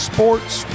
Sports